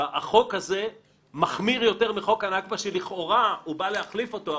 החוק הזה מחמיר יותר מחוק הנכבה שלכאורה הוא בא להחליף אותו.